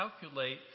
calculate